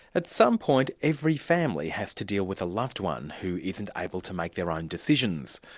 at some point, every family has to deal with a loved one who isn't able to make their own decisions.